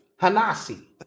Hanasi